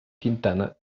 quintana